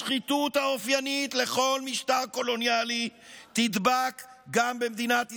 השחיתות האופיינית לכל משטר קולוניאלי תדבק גם במדינת ישראל.